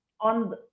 on